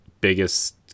biggest